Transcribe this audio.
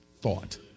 thought